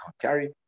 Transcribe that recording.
carry